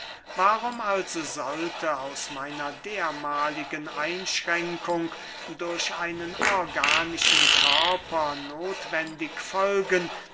warum also sollte aus meiner dermahligen einschränkung durch einen organischen körper nothwendig folgen